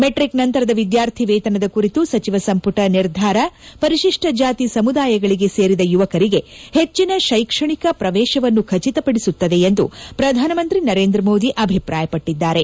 metric ನಂತರದ ವಿದ್ಯಾರ್ಥಿ ವೇತನದ ಕುರಿತು ಸಚಿವ ಸಂಪುಟ ನಿರ್ಧಾರ ಪರಿಶಿಷ್ವ ಜಾತಿ ಸಮುದಾಯಗಳಿಗೆ ಸೇರಿದ ಯುವಕರಿಗೆ ಹೆಚ್ಚಿನ ಶೈಕ್ಷಣಿಕ ಪ್ರವೇಶವನ್ನು ಖಚಿತಪಡಿಸುತ್ತದೆ ಎಂದು ಪ್ರಧಾನಮಂತ್ರಿ ನರೇಂದ್ರ ಮೋದಿ ಅಭಿಪ್ರಾಯಪಟ್ಟಿದ್ದಾರೆ